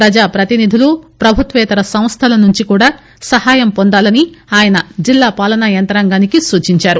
ప్రజా ప్రతినిధులు ప్రభుత్వేతర సంస్థల నుంచి కూడా సహాయం వొందాలని ఆయన జిల్లా పాలనా యంత్రాంగానికి సూచించారు